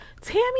Tammy